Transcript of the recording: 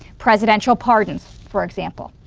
presidential pardons, for example.